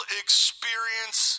experience